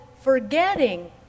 forgetting